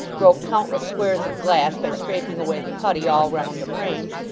broke countless squares of glass by scraping away the putty all round the frames,